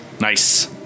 Nice